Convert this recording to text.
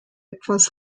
etwas